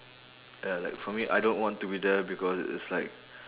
ya like for me I don't want to be there because it's like